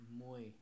Muy